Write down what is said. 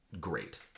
great